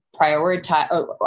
prioritize